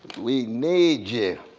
we need you.